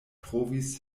trovis